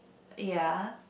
ya